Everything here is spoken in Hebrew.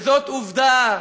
וזאת עובדה.